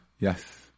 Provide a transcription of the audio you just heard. Yes